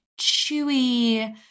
chewy